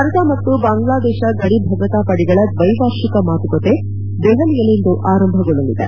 ಭಾರತ ಮತ್ತು ಬಾಂಗ್ಲಾದೇಶ ಗಡಿ ಭದ್ರತಾಪಡೆಗಳ ದ್ವೈವಾರ್ಷಿಕ ಮಾತುಕತೆ ದೆಹಲಿಯಲ್ಲಿಂದು ಆರಂಭಗೊಳ್ಳಲಿದೆ